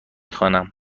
خوانم